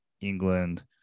England